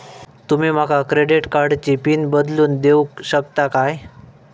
तुमी माका क्रेडिट कार्डची पिन बदलून देऊक शकता काय?